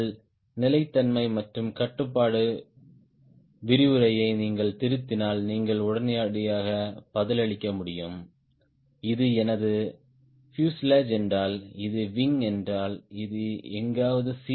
உங்கள் நிலைத்தன்மை மற்றும் கட்டுப்பாட்டு விரிவுரையை நீங்கள் திருத்தினால் நீங்கள் உடனடியாக பதிலளிக்க முடியும் இது எனது பியூசேலாஜ் என்றால் இது விங் என்றால் இது எங்காவது C